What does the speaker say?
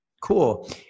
Cool